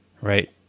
right